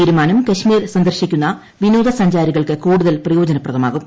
തീരുമാനം കാശ്മീർ സന്ദർശിക്കുന്ന വിനോദ സഞ്ചാരികൾക്ക് കൂടുതൽ പ്രയോജനപ്രദമാകും